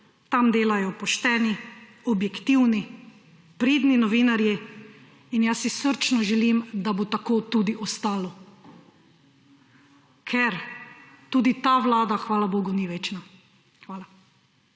Tam delajo pošteni, objektivni, pridni novinarji. In jaz si srčno želim, da bo tako tudi ostalo. Ker tudi ta vlada, hvala bogu, ni večna. Hvala.